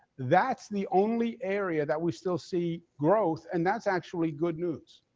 that's the only area that we still see growth, and that's actually good news.